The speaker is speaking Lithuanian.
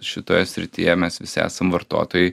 šitoje srityje mes visi esam vartotojai